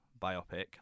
biopic